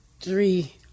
three